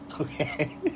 Okay